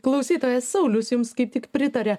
klausytojas saulius jums kaip tik pritaria